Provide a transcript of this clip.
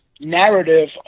narrative